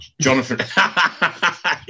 Jonathan